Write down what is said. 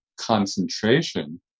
concentration